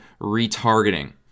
retargeting